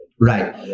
Right